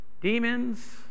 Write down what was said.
Demons